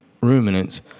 ruminants